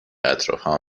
اطرافمو